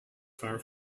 far